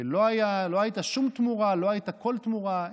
לא הייתה שום תמורה, לא הייתה כל תמורה.